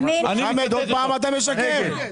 13:55.